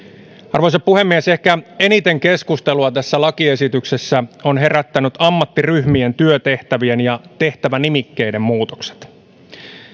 arvoisa puhemies ehkä eniten keskustelua tässä lakiesityksessä ovat herättäneet ammattiryhmien työtehtävien ja tehtävänimikkeiden muutokset